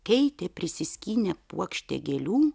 keitė prisiskynė puokštę gėlių